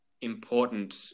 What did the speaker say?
important